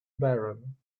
barren